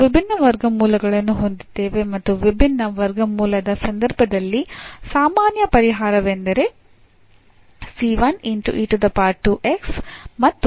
ನಾವು ವಿಭಿನ್ನ ವರ್ಗಮೂಲಗಳನ್ನು ಹೊಂದಿದ್ದೇವೆ ಮತ್ತು ವಿಭಿನ್ನ ವರ್ಗಮೂಲದ ಸಂದರ್ಭದಲ್ಲಿ ಸಾಮಾನ್ಯ ಪರಿಹಾರವೆಂದರೆ ಮತ್ತು x